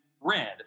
red